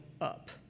up